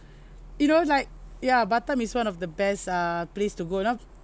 you know like ya batam is one of the best uh place to go you know